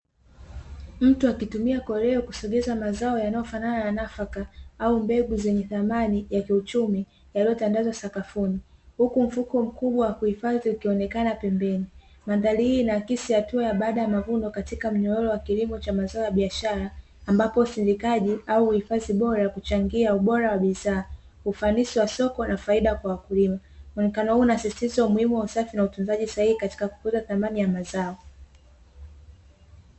Mtu akitumia kolea kusogeza mazao yanayofanana na nafaka au mbegu zenye dhamani ya kiuchumi, yaliyotandazwa sakafuni. Huku mfuko mkubwa wa kuhifadhi ukionekana pembeni. Mandhari hii inaakisi hatua ya baada ya mavuno katika mnyororo wa kilimo cha mazao ya biashara, ambapo usindikaji au uhifadhi bora huchangia ubora wa bidhaa, ufanisi wa soko na faida kwa wakulima. Muonekano huu unasisitiza umuhimu wa usafi na utunzaji sahihi katika kukuza thamani ya mazao.